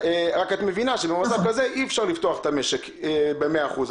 רק את מבינה שבמצב כזה אי אפשר לפתוח את המשק במאה אחוז.